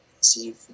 see